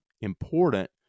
important